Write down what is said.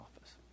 office